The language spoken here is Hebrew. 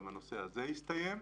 גם הנושא הזה הסתיים.